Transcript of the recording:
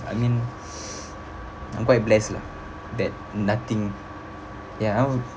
I mean I'm quite blessed lah that nothing ya I'll